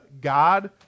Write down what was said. God